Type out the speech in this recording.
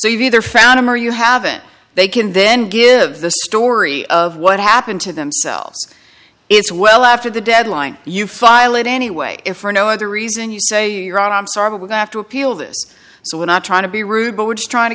you've either found him or you haven't they can then give the story of what happened to themselves it's well after the deadline you file it anyway if for no other reason you say you're wrong i'm sorry but we have to appeal this so we're not trying to be rude but we're just trying to